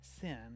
sin